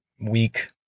weak